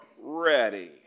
ready